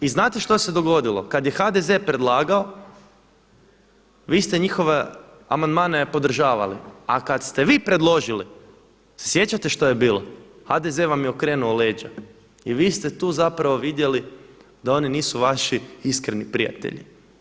I znate što se dogodilo, kada je HDZ predlagao vi ste njihove amandmane podržavali, a kada ste vi predložili jel se sjećate što je bilo, HDZ vam je okrenuo leđa i vi ste tu vidjeli da oni nisu vaši iskreni prijatelji.